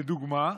לדוגמה,